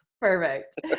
Perfect